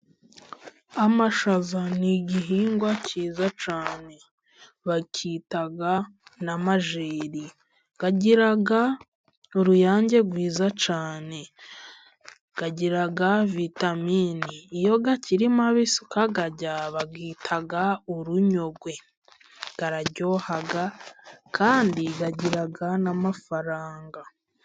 Amashaza n igihingwa cyiza cyane bayita n'amajeri. Agira uruyange rwiza cyane, agira vitaminini. Iyo akiri mabisi ukayarya bayita urunyogwe. Araryoha kandi agira n'amafaranga.